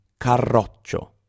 Carroccio